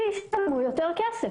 שישלמו יותר כסף.